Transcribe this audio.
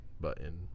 button